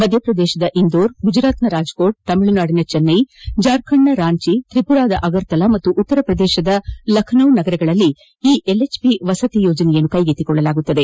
ಮಧ್ಯಪ್ರದೇಶದ ಇಂದೋರ್ ಗುಜರಾತ್ನ ರಾಜ್ಕೋಟ್ ತಮಿಳುನಾಡಿನ ಚೆನ್ನೈ ಜಾರ್ಖಂಡ್ನ ರಾಂಚಿ ತ್ರಿಪುರಾದ ಅಗರ್ತಲಾ ಮತ್ತು ಉತ್ತರ ಪ್ರದೇಶದ ಲಖನೌ ನಗರಗಳಲ್ಲಿ ಈ ಎಲ್ಎಚ್ಪಿ ವಸತಿ ಯೋಜನೆಯನ್ನು ಕೈಗೆತ್ತಿಕೊಳ್ಳಲಾಗುವುದು